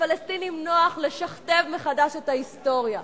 לפלסטינים נוח לשכתב מחדש את ההיסטוריה,